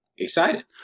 Excited